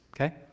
Okay